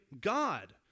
God